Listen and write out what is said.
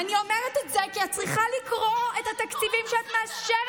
אני אומרת את זה כי את צריכה לקרוא את התקציבים שאת מאשרת,